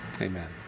Amen